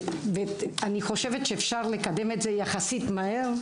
אני חושבת שאפשר לקדם זאת יחסית מהר.